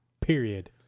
Period